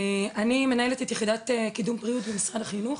אני מנהלת את יחידת קידום בריאות במשרד החינוך,